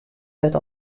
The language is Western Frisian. wurdt